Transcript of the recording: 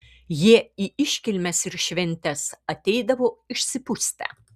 jie į iškilmes ir šventes ateidavo išsipustę